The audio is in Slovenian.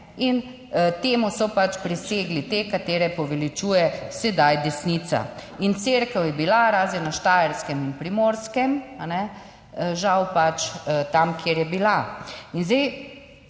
in temu so pač presegli te katere poveličuje sedaj desnica. In cerkev je bila razen na Štajerskem in Primorskem ne, žal, pač tam kjer je bila.